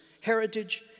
heritage